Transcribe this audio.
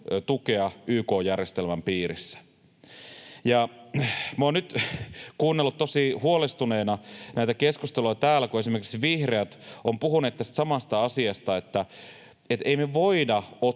tukea YK-järjestelmän piirissä. Ja minä olen nyt kuunnellut tosi huolestuneena näitä keskusteluja täällä, kun esimerkiksi vihreät ovat puhuneet tästä samasta asiasta, siitä, että ei me voida ottaa